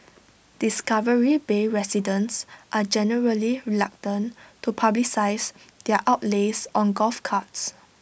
discovery bay residents are generally reluctant to publicise their outlays on golf carts